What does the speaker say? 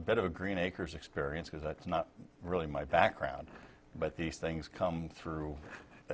bit of a green acres experience because that's not really my background but these things come through